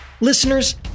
Listeners